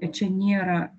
čia nėra